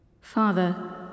Father